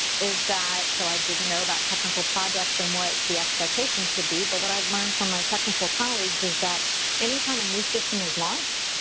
is that so i didn't know about technical projects and what the expectations should be, but what i've learned from my technical colleagues is that anytime a new system is launched,